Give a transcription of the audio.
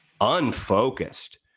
unfocused